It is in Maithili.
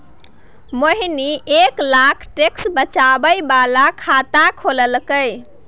मोहिनी एक लाख टैक्स बचाबै बला खाता खोललकै